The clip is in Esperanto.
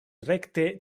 rekte